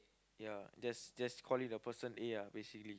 ya just just call it the person A lah basically